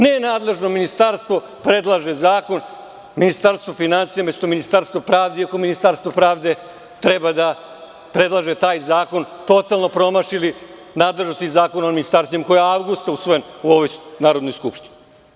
Ne nadležno ministarstvo predlaže zakon, Ministarstvo finansija umesto Ministarstvo pravde, iako Ministarstvo pravde treba da predlaže taj zakon totalno promašili nadležnosti i Zakon o ministarstvima koji ja avgusta usvojen u ovoj Narodnoj skupštini.